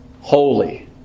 Holy